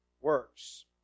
works